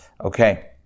Okay